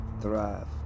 thrive